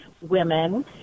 women